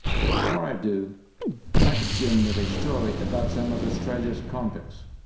but before i do, i'd like to begin with a story about some of australia's convicts.